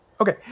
Okay